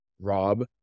Rob